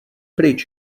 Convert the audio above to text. pryč